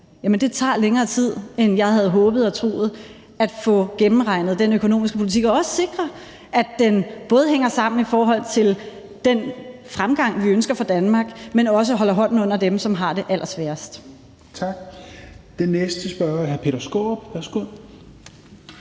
Det tager længere tid, end jeg havde håbet og troet, at få gennemregnet den økonomiske politik og også sikre, at den både hænger sammen i forhold til den fremgang, vi ønsker for Danmark, men også holder hånden under dem, som har det allersværest.